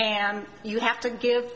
and you have to give